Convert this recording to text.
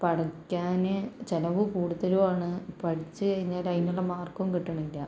പഠിക്കാന് ചിലവ് കൂടുതലുവാണ് പഠിച്ച് കഴിഞ്ഞാല് അതിനുള്ള മാർക്കും കിട്ടണില്ല